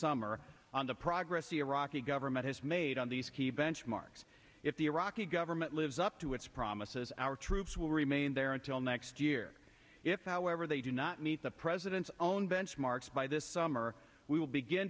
summer on the progress iraqi government has made on these key benchmarks if the iraqi government lives up to its promises our troops will remain there until next year if however they do not meet the president's own benchmarks by this summer we will begin